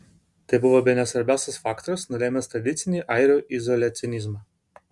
tai buvo bene svarbiausias faktorius nulėmęs tradicinį airių izoliacionizmą